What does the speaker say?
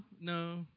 no